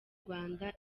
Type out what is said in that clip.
rwanda